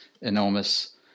enormous